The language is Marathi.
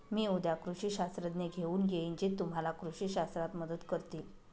मी उद्या कृषी शास्त्रज्ञ घेऊन येईन जे तुम्हाला कृषी शास्त्रात मदत करतील